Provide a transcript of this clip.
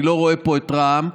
אני לא רואה פה את רע"מ.